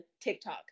TikTok